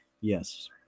Yes